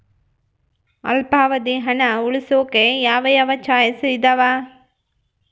ಅಲ್ಪಾವಧಿ ಹಣ ಉಳಿಸೋಕೆ ಯಾವ ಯಾವ ಚಾಯ್ಸ್ ಇದಾವ?